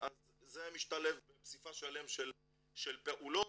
משתלב בפסיפס שלם של פעולות,